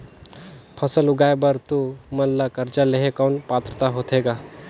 फसल उगाय बर तू मन ला कर्जा लेहे कौन पात्रता होथे ग?